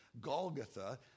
Golgotha